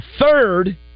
third